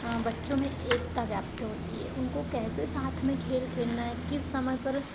बच्चों में एकता व्याप्त होती है उनको कैसे साथ में खेल खेलना है किस समय पर